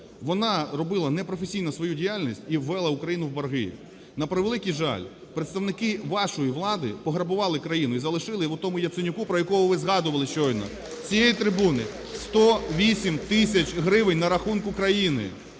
вона робила непрофесійно свою діяльність і ввела Україну в борги. На превеликий жаль, представники вашої влади пограбували країну і залишили отому Яценюку, про якого ви згадували щойно з цієї трибуни, - 108 тисяч гривень на рахунку країни.